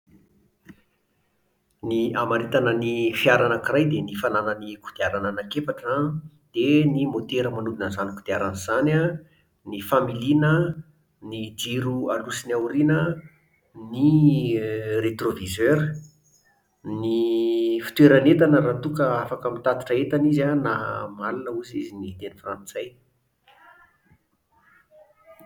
Ny hamaritana ny fiara anankiray dia ny fananany kodiarana anankiefatra an, dia ny môtera manodina an'izany kodiarana izany an, ny familiana an, ny jiro ao aloha sy aoriana an, ny euh retroviseur, ny fitoeran'entana raha toa ka afaka mitatitra entana izy an, na male hozizy ny teny frantsay